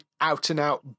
out-and-out